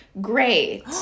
Great